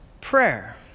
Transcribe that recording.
prayer